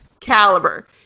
caliber